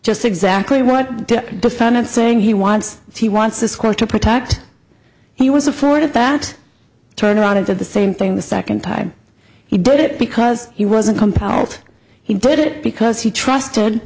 just exactly what the fun of saying he wants he wants this quote to protect he was afforded that turn around and did the same thing the second time he did it because he wasn't compounded he did it because he trusted